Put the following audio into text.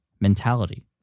mentality